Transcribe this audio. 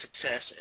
success